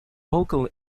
vocal